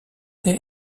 der